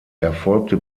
erfolgte